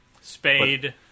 Spade